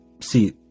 see